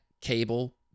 Cable